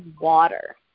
water